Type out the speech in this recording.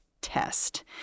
test